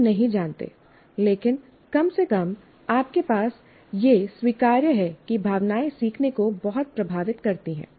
हम नहीं जानते लेकिन कम से कम आपके पास यह स्वीकार्य है कि भावनाएं सीखने को बहुत प्रभावित करती हैं